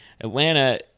Atlanta